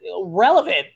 relevant